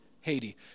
Haiti